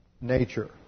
nature